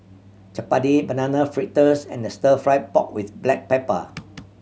chappati Banana Fritters and Stir Fry pork with black pepper